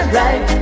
right